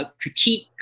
critique